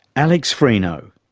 alex frino.